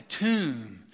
tomb